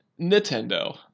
Nintendo